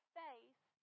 face